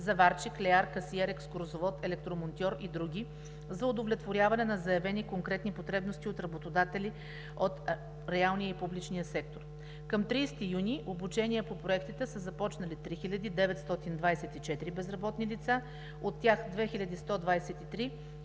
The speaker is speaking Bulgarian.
заварчик, леяр, касиер, екскурзовод, електромонтьор и други, за удовлетворяване на заявени конкретни потребности от работодатели от реалния и публичния сектор. Към 30 юни обучение по проектите са започнали 3924 безработни лица, от тях 2123